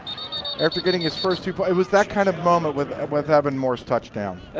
after getting his first two, it was that kind of moment with with evan moore's touchdown.